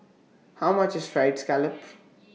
How much IS Fried Scallop